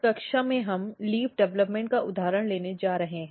इस कक्षा में हम लीफ डेवलपमेंट का उदाहरण लेने जा रहे हैं